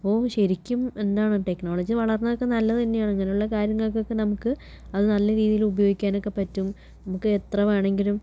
അപ്പോൾ ശരിക്കും എന്താണ് ടെക്നോളജി വളർന്നതൊക്കെ നല്ലത് തന്നെയാണ് ഇങ്ങനെയുള്ള കാര്യങ്ങൾക്കൊക്കെ നമുക്ക് അത് നല്ല രീതിയിൽ ഉപയോഗിക്കാൻ ഒക്കെ പറ്റും നമുക്ക് എത്ര വേണമെങ്കിലും